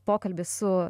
pokalbį su